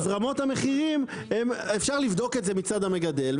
אז רמות המחירים אפשר לבדוק את זה מצד המגדל,